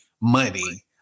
money